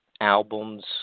albums